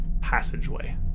passageway